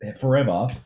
forever